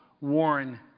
Warren